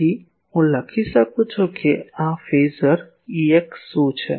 તેથી હું લખી શકું છું કે આ ફેઝર Ex શું છે